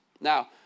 Now